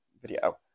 Video